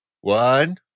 one